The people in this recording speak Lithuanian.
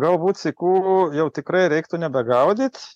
galbūt sykų jau tikrai reiktų nebegaudyt